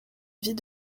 vie